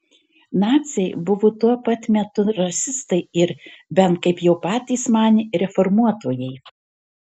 naciai buvo tuo pat metu rasistai ir bent kaip patys manė reformuotojai